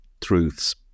truths